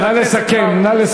נא לסכם.